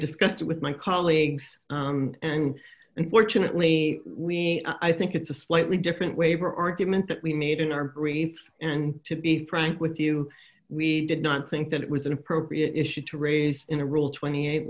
discussed it with my colleagues and unfortunately we i think it's a slightly different way her argument that we need in our brief and to be pranked with you we did not think that it was an appropriate issue to raise in a rule twenty eight